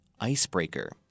icebreaker